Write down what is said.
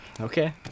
Okay